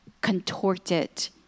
contorted